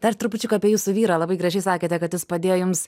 dar trupučiuką apie jūsų vyrą labai gražiai sakėte kad jis padėjo jums